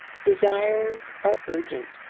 desires are urgent.